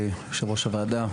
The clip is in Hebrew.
יושבת-ראש הוועדה,